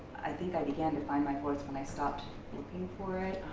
i think i began to find my voice when i stopped looking for it.